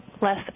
less